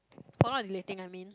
for not relating I mean